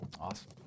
Awesome